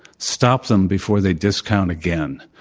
stop them before they discount again.